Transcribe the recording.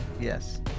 Yes